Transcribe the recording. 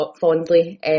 fondly